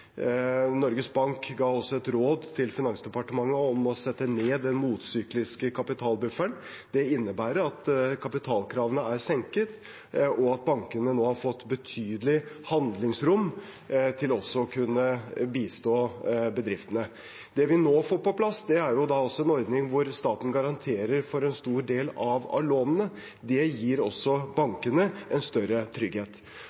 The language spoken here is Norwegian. Norges Bank ga også et råd til Finansdepartementet om å sette ned den motsykliske kapitalbufferen. Det innebærer at kapitalkravene er senket, og at bankene nå har fått betydelig handlingsrom til også å kunne bistå bedriftene. Det vi nå får på plass, er også en ordning hvor staten garanterer for en stor del av lånene. Det gir også